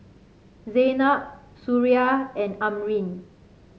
Zaynab Suria and Amrin